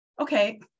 okay